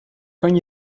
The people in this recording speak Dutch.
kan